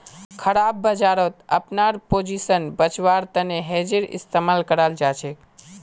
खराब बजारत अपनार पोजीशन बचव्वार तने हेजेर इस्तमाल कराल जाछेक